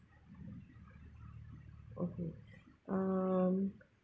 okay um